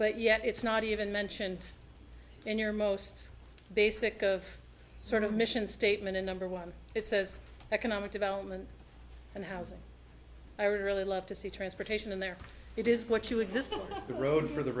but yet it's not even mentioned in your most basic of sort of mission statement and number one it says economic development and housing i really love to see transportation in there it is what you exist on the road for the